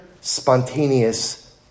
spontaneous